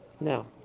now